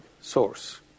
source